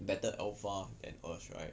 better alpha than us right